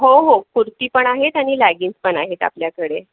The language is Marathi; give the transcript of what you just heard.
हो हो कुर्तीपण आहेत आणि लॅगिन्सपण आहेत आपल्याकडे